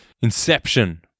Inception